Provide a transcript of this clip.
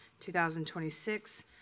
2026